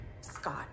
Scott